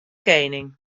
kening